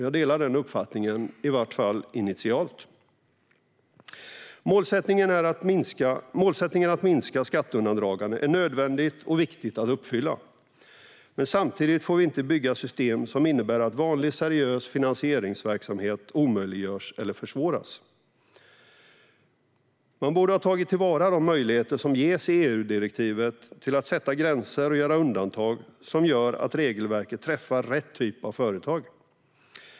Jag delar den uppfattningen, i vart fall initialt. Målsättningen att minska skatteundandragande är nödvändig och viktig att uppfylla. Men samtidigt får vi inte bygga system som innebär att vanlig seriös finansieringsverksamhet omöjliggörs eller försvåras. Man borde ha tagit till vara de möjligheter som ges i EU-direktivet till att sätta gränser och göra undantag som gör att regelverket träffar rätt typ av företag.